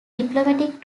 diplomatic